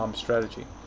um strategy.